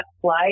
flight